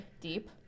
deep